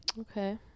Okay